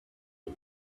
him